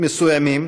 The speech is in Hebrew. מסוימים